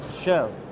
show